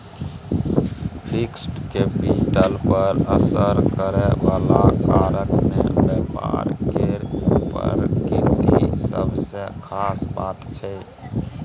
fixed capital पर असर करइ बला कारक मे व्यापार केर प्रकृति सबसँ खास बात छै